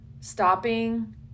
stopping